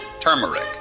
turmeric